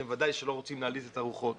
אתם ודאי שלא רוצים להלהיט את הרוחות,